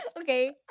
Okay